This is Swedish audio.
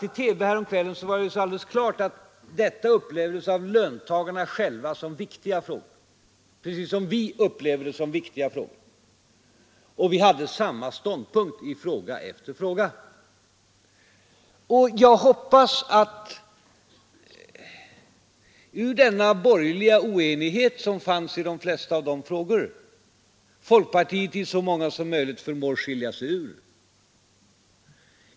I TV häromkvällen framgick alldeles klart att detta upplevdes av löntagarna själva som viktiga frågor, precis som vi upplever dem som viktiga. Vi hade samma ståndpunkt i fråga efter fråga. Jag hoppas att folkpartiet förmår skilja sig ur den borgerliga oenighet Nr 99 som fanns i de flesta av de frågorna. I dag var det centern som skilde sig 4 ä z Sa ja é Torsdagen den ur.